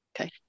Okay